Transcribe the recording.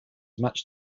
much